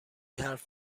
حرف